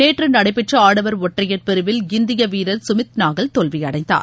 நேற்று நடைபெற்ற ஆடவர் ஒற்றையர் பிரிவில் இந்திய வீரர் சுமித் நாகல் தோல்வியடைந்தார்